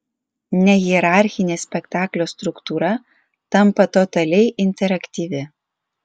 nehierarchinė spektaklio struktūra tampa totaliai interaktyvi